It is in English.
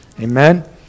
Amen